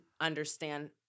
understand